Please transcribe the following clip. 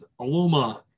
Aluma